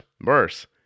worse